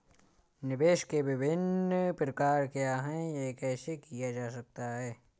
निवेश के विभिन्न प्रकार क्या हैं यह कैसे किया जा सकता है?